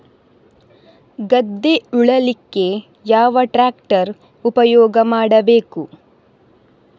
ಗದ್ದೆ ಉಳಲಿಕ್ಕೆ ಯಾವ ಟ್ರ್ಯಾಕ್ಟರ್ ಉಪಯೋಗ ಮಾಡಬೇಕು?